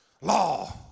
law